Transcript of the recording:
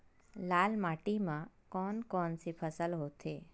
लाल माटी म कोन कौन से फसल होथे?